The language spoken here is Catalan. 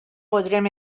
podrem